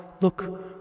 look